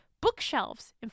bookshelves